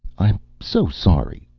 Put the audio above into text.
i'm so sorry,